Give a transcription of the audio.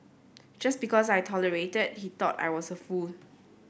just because I tolerated he thought I was a fool